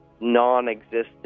non-existent